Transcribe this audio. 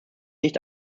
nicht